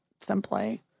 simply